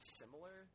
similar